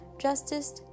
Justice